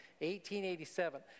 1887